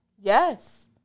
yes